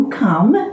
come